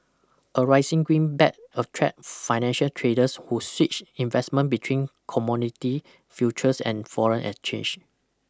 a rising greenback attracts financial traders who switch investment between commodity futures and foreign exchange